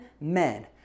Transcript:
men